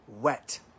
wet